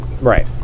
right